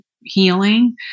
healing